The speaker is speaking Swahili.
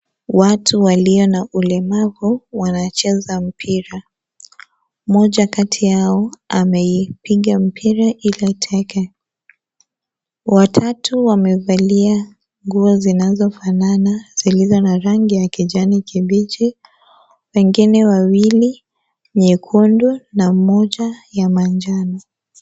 Watu walio na ulemavu wanacheza mpira mmoja kati yao ameipiga mpira hiyo teke watatu wamevalia nguo zinazofanana zilizo na rangi ya kijani kibichi wengine wawili nyekundu na moja ya manjano.